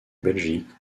belgique